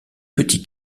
petit